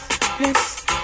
yes